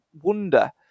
wonder